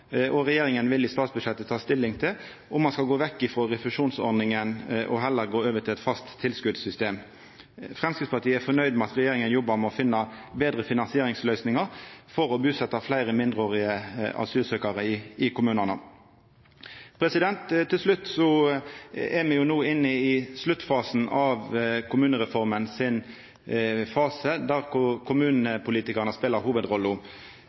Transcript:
og regjeringa vil i statsbudsjettet ta stilling til om ein skal gå vekk frå refusjonsordninga og heller gå over til eit fast tilskotssystem. Framstegspartiet er fornøgd med at regjeringa jobbar med å finna betre finansieringsløysingar for å busetja fleire mindreårige asylsøkjarar i kommunane. Til slutt: Me er jo no inne i sluttfasen av kommunereforma, der kommunepolitikarane spelar hovudrolla.